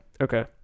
Okay